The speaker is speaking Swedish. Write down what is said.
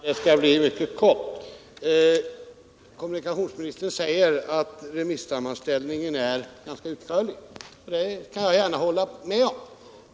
Herr talman! Jag skall fatta mig mycket kort. Kommunikationsministern säger att remissammanställningen är ganska utförlig. Det kan jag gärna hålla med om.